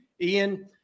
Ian